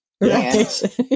Right